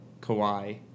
Kawhi